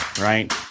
Right